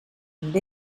amb